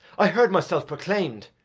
i heard myself proclaim'd,